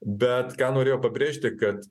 bet ką norėjau pabrėžti kad